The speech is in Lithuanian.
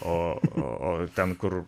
o ten kur